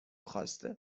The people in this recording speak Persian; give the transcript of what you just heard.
خواسته